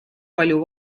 palju